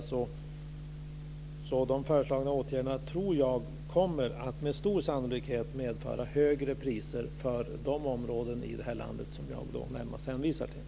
Jag tror att de föreslagna åtgärderna med stor sannolikhet kommer att medföra högre priser i de områden i det här landet som jag närmast hänvisar till.